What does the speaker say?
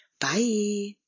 Bye